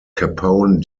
capone